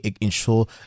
ensure